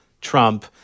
Trump